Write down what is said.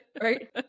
right